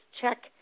check